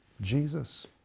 Jesus